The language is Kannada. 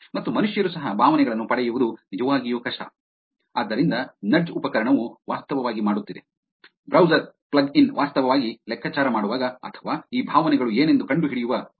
ಮತ್ತು ಮನುಷ್ಯರು ಸಹ ಭಾವನೆಗಳನ್ನು ಪಡೆಯುವುದು ನಿಜವಾಗಿಯೂ ಕಷ್ಟ ಆದ್ದರಿಂದ ನಡ್ಜ್ ಉಪಕರಣವು ವಾಸ್ತವವಾಗಿ ಮಾಡುತ್ತಿದೆ ಬ್ರೌಸರ್ ಪ್ಲಗ್ ಇನ್ ವಾಸ್ತವವಾಗಿ ಲೆಕ್ಕಾಚಾರ ಮಾಡುವಾಗ ಅಥವಾ ಈ ಭಾವನೆಗಳು ಏನೆಂದು ಕಂಡುಹಿಡಿಯುವ ದೋಷಗಳನ್ನು ಮಾಡುತ್ತಿದೆ